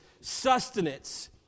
sustenance